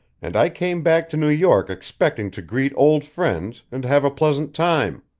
and i came back to new york expecting to greet old friends and have a pleasant time.